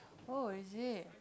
oh is it